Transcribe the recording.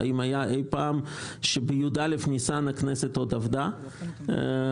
האם קרה אי פעם שב-י"א ניסן הכנסת עוד עבדה ועוד